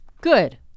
Good